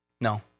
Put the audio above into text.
no